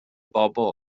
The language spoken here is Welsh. bobl